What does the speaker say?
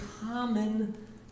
common